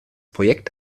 projekt